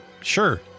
sure